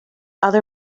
other